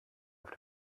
auf